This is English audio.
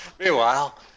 Meanwhile